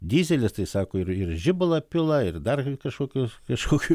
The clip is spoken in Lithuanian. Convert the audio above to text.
dyzelis tai sako ir ir žibalą pila ir dar kažkokius kažkokių